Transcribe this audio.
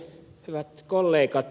hyvät kollegat